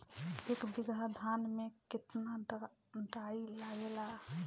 एक बीगहा धान में केतना डाई लागेला?